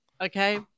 Okay